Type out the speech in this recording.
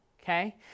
okay